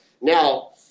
Now